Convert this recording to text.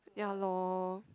ya lor